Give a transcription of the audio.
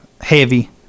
heavy